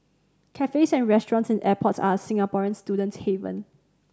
cafes and restaurants in airports are a Singaporean student's haven